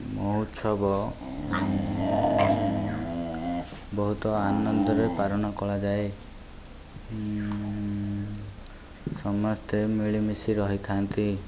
ମହୋତ୍ସବ ବହୁତ ଆନନ୍ଦରେ ପାଳନ କରାଯାଏ ସମସ୍ତେ ମିଳିମିଶି ରହିଥାନ୍ତି